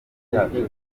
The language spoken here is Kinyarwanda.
ryacu